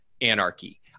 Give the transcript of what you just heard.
anarchy